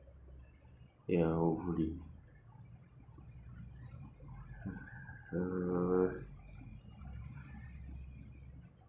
ya hopefully uh